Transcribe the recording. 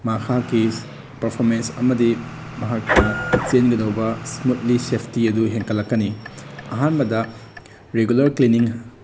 ꯃꯍꯥꯛꯀꯤ ꯄꯥꯔꯐꯣꯔꯃꯦꯟꯁ ꯑꯃꯗꯤ ꯃꯍꯥꯛꯅ ꯆꯦꯟꯒꯗꯧꯕ ꯏꯁꯃꯨꯠꯂꯤ ꯁꯦꯐꯇꯤ ꯑꯗꯨ ꯍꯦꯟꯒꯠꯂꯛꯀꯅꯤ ꯑꯍꯥꯟꯕꯗ ꯔꯤꯒꯨꯂꯔ ꯀ꯭ꯂꯤꯅꯤꯡ